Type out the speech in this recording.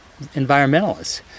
environmentalists